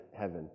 heaven